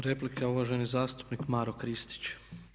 Replika uvaženi zastupnik Maro Kristić.